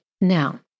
Now